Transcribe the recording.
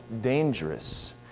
dangerous